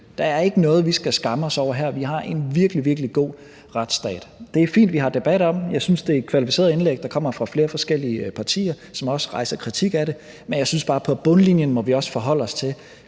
der er ikke noget, vi skal skamme os over her. Vi har en virkelig, virkelig god retsstat, og det er fint, at vi har en debat om den, og jeg synes, det er kvalificerede indlæg, der kommer fra flere forskellige partier, som også rejser kritik af det, men jeg synes også bare, at vi på bundlinjen må forholde os til,